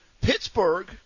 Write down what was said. Pittsburgh